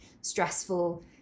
stressful